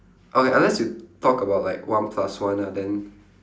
okay unless you talk about like one plus one lah then